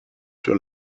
sur